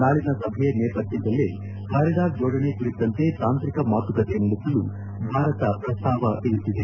ನಾಳಿನ ಸಭೆಯ ನೇಪಥ್ಯದಲ್ಲೇ ಕಾರಿಡಾರ್ ಜೋಡಣೆ ಕುರಿತಂತೆ ತಾಂತ್ರಿಕ ಮಾತುಕತೆ ನಡೆಸಲು ಭಾರತ ಪ್ರಸ್ತಾವವಿರಿಸಿದೆ